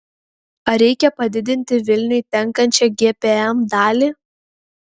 ar reikia padidinti vilniui tenkančią gpm dalį